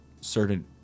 certain